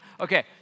Okay